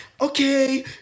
okay